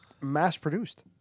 mass-produced